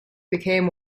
became